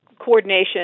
coordination